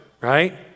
right